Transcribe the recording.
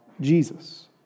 Jesus